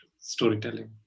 storytelling